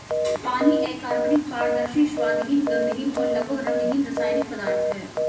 पानी अकार्बनिक, पारदर्शी, स्वादहीन, गंधहीन और लगभग रंगहीन रासायनिक पदार्थ है